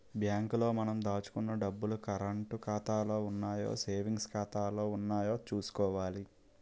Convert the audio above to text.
bank లో మనం దాచుకున్న డబ్బులు కరంటు ఖాతాలో ఉన్నాయో సేవింగ్స్ ఖాతాలో ఉన్నాయో చూసుకోవాలి